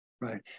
Right